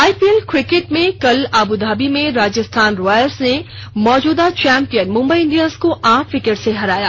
आई P L cricket में कल Abu Dhabi में राजस्थान रायल्स ने मौजूदा चैम्पियन मुंबई इंडियंस को आठ विकेट से हराया